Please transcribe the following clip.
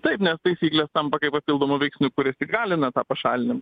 taip nes taisyklės tampa kaip papildomu veiksniu kuris įgalina tą pašalinimą